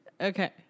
Okay